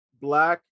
Black